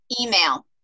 email